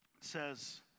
says